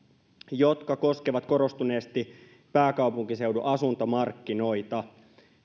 jotka koskevat korostuneesti pääkaupunkiseudun asuntomarkkinoita